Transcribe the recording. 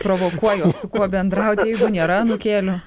provokuoju o su kuo bendrauti jeigu nėra anūkėlių